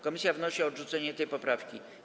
Komisja wnosi o odrzucenie tej poprawki.